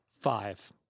Five